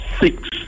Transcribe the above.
six